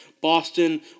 Boston